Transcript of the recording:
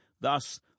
Thus